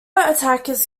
attackers